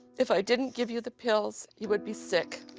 if i didn't give you the pills, you would be sick,